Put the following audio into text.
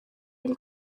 been